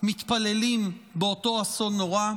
מתפללים באותו אסון נורא,